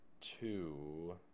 two